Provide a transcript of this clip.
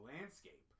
landscape